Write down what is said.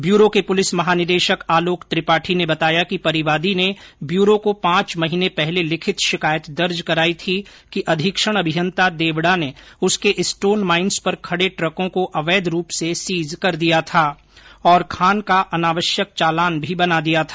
bureau के पुलिस महानिदेशक आलोक त्रिपाठी ने बताया कि परिवादी ने ब्यूरो को पांच महीने पहले लिखित शिकायत दर्ज कराई थी कि अधीक्षण अभियंता देवडा ने उसके स्टोन माईन्स पर खडे ट्रको को अवैध रूप से सीज कर दिया था और खान का अनावश्यक चालान भी बना दिया था